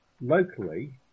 locally